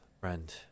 friend